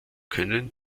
können